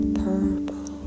purple